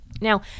Now